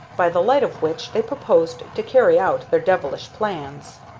by the light of which they proposed to carry out their devilish plans.